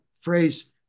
phrase